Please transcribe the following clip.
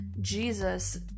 Jesus